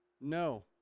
No